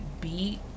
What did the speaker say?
beat